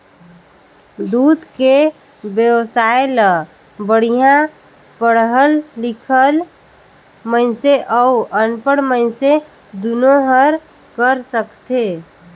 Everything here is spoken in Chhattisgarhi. दूद के बेवसाय ल बड़िहा पड़हल लिखल मइनसे अउ अनपढ़ मइनसे दुनो हर कर सकथे